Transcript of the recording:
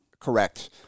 correct